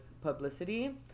publicity